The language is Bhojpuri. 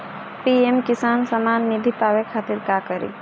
पी.एम किसान समान निधी पावे खातिर का करी?